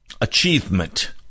achievement